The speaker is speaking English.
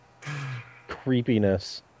creepiness